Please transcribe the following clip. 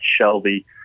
Shelby